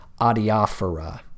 adiaphora